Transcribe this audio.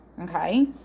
Okay